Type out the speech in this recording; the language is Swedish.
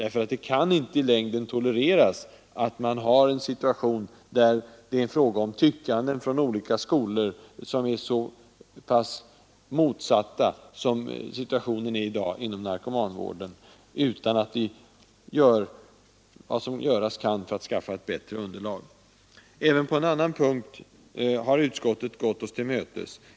Vi kan inte i längden tolerera en situation, som kännetecknas av tyckande från skolor med så pass motstridiga uppfattningar som fallet är i dag inom narkomanvården. Här måste något göras för att skaffa fram ett bättre underlag. Även på en annan punkt har utskottet gått oss till mötes.